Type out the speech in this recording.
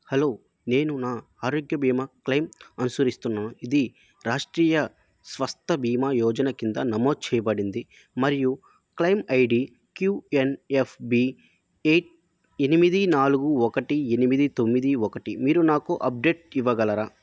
hello నేను నా ఆరోగ్య బీమా క్లెయిమ్ అనుసరిస్తున్నాను ఇది రాష్ట్రీయ స్వస్థ బీమా యోజన క్రింద నమోదు చెయ్యబడింది మరియు క్లయిమ్ ఐడి క్యుఎన్ఎఫ్బీ ఎయిట్ ఎనిమిది నాలుగు ఒకటి ఎనిమిది తొమ్మిది ఒకటి మీరు నాకు అప్డేట్ ఇవ్వగలరా